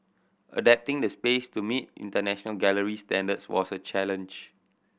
adapting the space to meet international gallery standards was a challenge